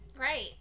Right